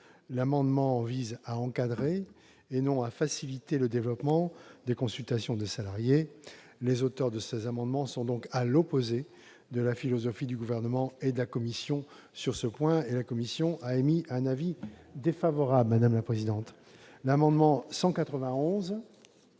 amendement vise à encadrer, plutôt qu'à faciliter, le développement des consultations des salariés. Les auteurs de cet amendement sont donc à l'opposé de la philosophie du Gouvernement et de la commission sur ce point, c'est pourquoi celle-ci a émis un avis défavorable sur cet amendement. L'amendement n°